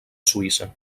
suïssa